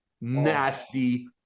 nasty